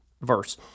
verse